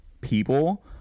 people